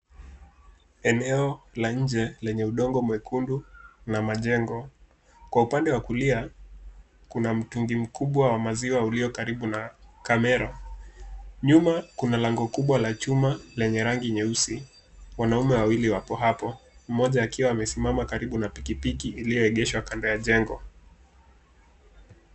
Eneo la nje lenye udongo mwekundu na majengo, kwa upande wa kulia kuna mtungi mkubwa wa maziwa uliokaribu na kamera, nyuma kuna lango kubwa la chuma lenye rangi nyeusi. Wanaume wawili wako hapo, mmoja akiwa amesimama karibu na pikipiki iliyoegeshwa kando ya jengo.